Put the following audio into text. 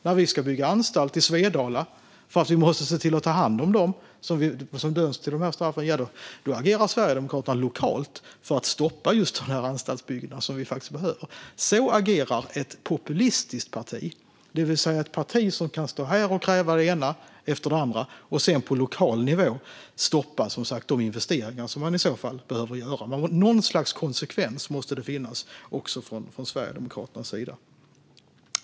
När vi ska bygga anstalt i Svedala, för att vi måste se till att ta hand om dem som dömts till de här straffen, då agerar Sverigedemokraterna lokalt för att stoppa anstaltsbyggnaden som vi faktiskt behöver. Så agerar ett populistiskt parti, det vill säga ett parti som kan stå här och kräva det ena efter det andra och sedan på lokal nivå stoppa de investeringar som i så fall behöver göras. Något slags konsekvens måste det finnas också från Sverigedemokraternas sida.